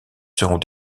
seront